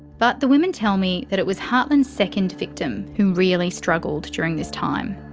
but, the women tell me that it was hartland's second victim who really struggled during this time.